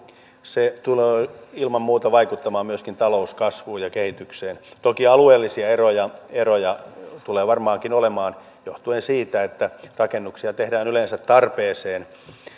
se tulee ilman muuta vaikuttamaan myöskin talouskasvuun ja kehitykseen toki alueellisia eroja eroja tulee varmaankin olemaan johtuen siitä että rakennuksia tehdään yleensä tarpeeseen